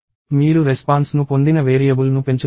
మీరు రెస్పాన్స్ ను పొందిన వేరియబుల్ను పెంచుతున్నారు